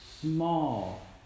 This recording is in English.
small